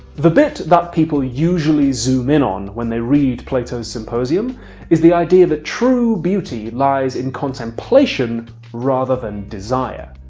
the bit that people usually zoom in on when they read plato's symposium is the idea that true beauty lies in contemplation rather than desire.